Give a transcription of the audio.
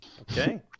Okay